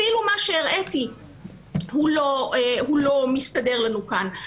אפילו מה שהראיתי הוא לא מסתדר לנו כאן.